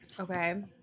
Okay